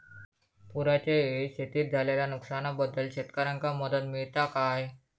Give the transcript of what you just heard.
पुराच्यायेळी शेतीत झालेल्या नुकसनाबद्दल शेतकऱ्यांका मदत मिळता काय?